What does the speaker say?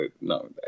no